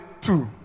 Two